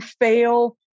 fail